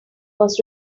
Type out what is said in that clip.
was